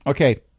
okay